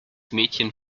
mädchen